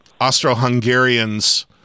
Austro-Hungarians